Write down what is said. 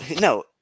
no